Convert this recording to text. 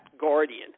guardian